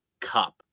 Cup